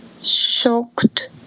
Shocked